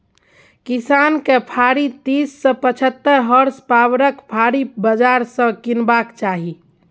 किसान केँ फारी तीस सँ पचहत्तर होर्सपाबरक फाड़ी बजार सँ कीनबाक चाही